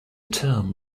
term